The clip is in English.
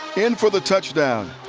in for the touchdown.